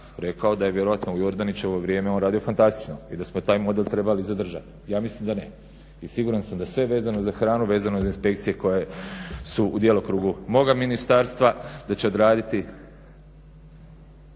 rekao da je vjerojatno u Jordanićevo vrijeme on radio fantastično i da smo taj model trebali zadržati. Ja mislim da ne i siguran sam da sve vezano za hranu, vezano za inspekcije koje su u djelokrugu moga ministarstva da će odraditi